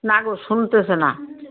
না গো শুনতেসে না